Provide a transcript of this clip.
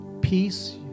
peace